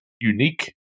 unique